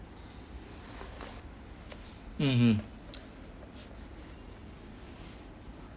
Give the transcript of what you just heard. mm mm